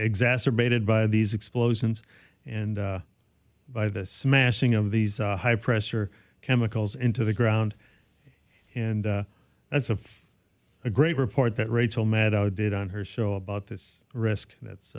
exacerbated by these explosions and by the smashing of these high pressure chemicals into the ground and that's of a great report that rachel maddow did on her show about this risk that's